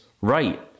right